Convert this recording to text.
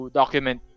document